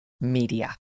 Media